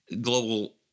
global